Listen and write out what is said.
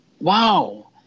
Wow